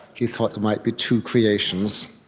he thought there might be two creations.